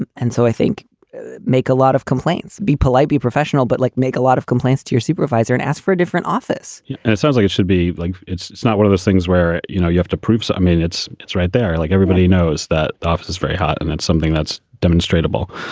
and and so i think make a lot of complaints. be polite, be professional, but like make a lot of complaints to your supervisor and ask for a different office and it sounds like it should be like it's it's not one of those things where, you know, you have to proops. i mean, it's it's right there. like, everybody knows that office is very hot. and that's something that's demonstrated a ball.